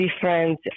different